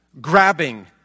grabbing